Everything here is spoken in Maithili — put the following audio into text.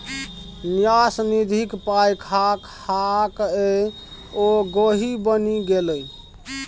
न्यास निधिक पाय खा खाकए ओ गोहि बनि गेलै